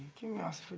can not?